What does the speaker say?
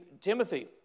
Timothy